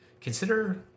consider